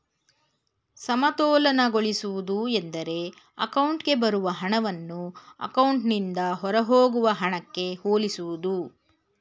ಸಮತೋಲನಗೊಳಿಸುವುದು ಎಂದ್ರೆ ಅಕೌಂಟ್ಗೆ ಬರುವ ಹಣವನ್ನ ಅಕೌಂಟ್ನಿಂದ ಹೊರಹೋಗುವ ಹಣಕ್ಕೆ ಹೋಲಿಸುವುದು